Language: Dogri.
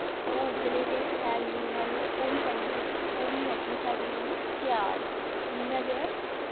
ओह् उब्बले दे शैल लून आह्ले ओह् बी पाई ओड़ने ते ओह् बी मैगी साढ़ी होई जानी त्यार इ'यां गै